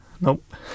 Nope